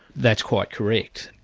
that's quite correct.